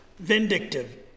Vindictive